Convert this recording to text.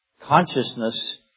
consciousness